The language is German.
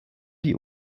die